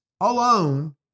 alone